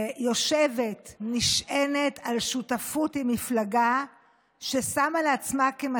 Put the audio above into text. "העתירות נגד חוק הלאום הן הזדמנות חשובה עבור בית